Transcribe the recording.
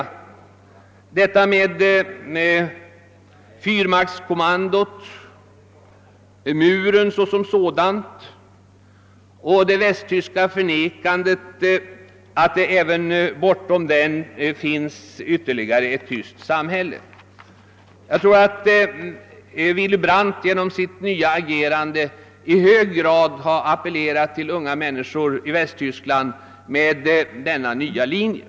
Jag tänker då på detta med fyrmaktskommando, muren såsom sådan och det västtyska förnekandet av att även bortom muren finns ytterligare ett tyskt samhälle. Jag tror att Willy Brandt genom sitt nya agerande i hög grad har appelerat till unga människor i Västtyskland med denna nya linje.